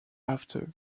after